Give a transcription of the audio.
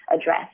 address